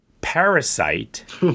Parasite